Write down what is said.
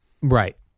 Right